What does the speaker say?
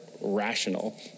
rational